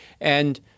And-